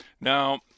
Now